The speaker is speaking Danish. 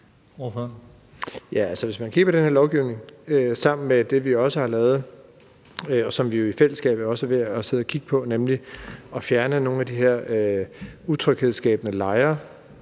hvis man kigger på den her lovgivning i sammenhæng med det, vi også har lavet, og som vi jo i fællesskab også er ved at kigge på, nemlig at fjerne nogle af de her utryghedsskabende lejre